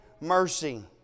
mercy